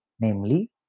namely